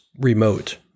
remote